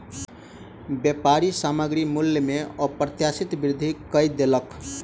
व्यापारी सामग्री मूल्य में अप्रत्याशित वृद्धि कय देलक